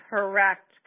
Correct